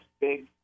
big